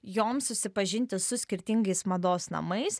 joms susipažinti su skirtingais mados namais